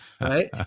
right